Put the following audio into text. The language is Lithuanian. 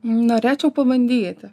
norėčiau pabandyti